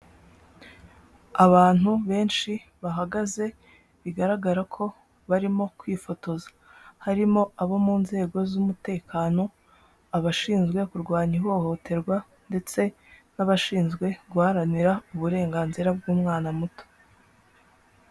Abantu benshi bahagaze bigaragara ko barimo kwifotoza, harimo abo mu nzego z'umutekano, abashinzwe ku rwanya ihohoterwa, ndetse n'abashinzwe guharanira uburenganzira bw'umwana muto.